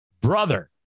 brother